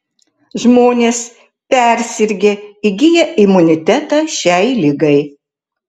žmonės persirgę įgyja imunitetą šiai ligai